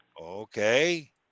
okay